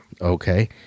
Okay